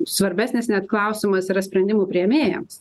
svarbesnis net klausimas yra sprendimų priėmėjams